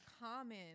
common